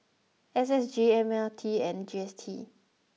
S S G M R T and G S T